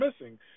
missing